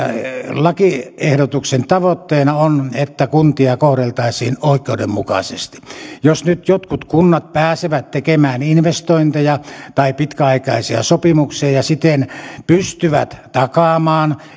lakiehdotuksen tavoitteena on että kuntia kohdeltaisiin oikeudenmukaisesti jos nyt jotkut kunnat pääsevät tekemään investointeja tai pitkäaikaisia sopimuksia ja siten pystyisivät takaamaan